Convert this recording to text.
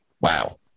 Wow